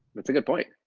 that's a good point.